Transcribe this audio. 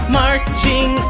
marching